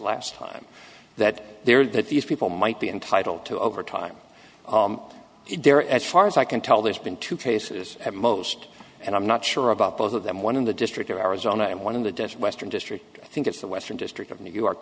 last time that there that these people might be entitled to overtime there as far as i can tell there's been two cases at most and i'm not sure about both of them one in the district of arizona and one in the desert western district i think it's the western district of new york